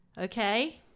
Okay